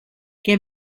què